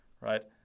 right